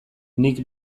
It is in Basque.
nik